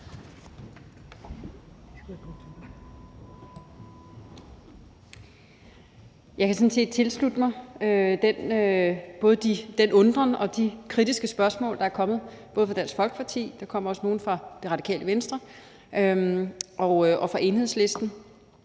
Jeg kan sådan set tilslutte mig både den undren og de kritiske spørgsmål, der er kommet – både fra Dansk Folkeparti, Radikale Venstre og Enhedslisten.